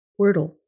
Wordle